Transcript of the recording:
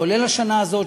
כולל השנה הזאת,